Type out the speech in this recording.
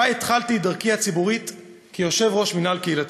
ובה התחלתי את דרכי הציבורית כיושב-ראש מינהל קהילתי.